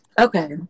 okay